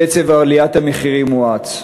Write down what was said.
קצב עליית המחירים הואץ.